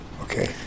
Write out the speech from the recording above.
okay